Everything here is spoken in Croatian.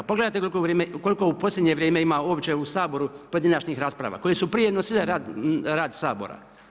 Pogledajte koliko u posljednje vrijeme ima uopće u Saboru pojedinačnih rasprava, koje su prije nosile rad Sabora.